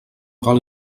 cal